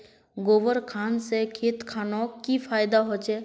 गोबर खान से खेत खानोक की फायदा होछै?